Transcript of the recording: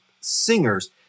singers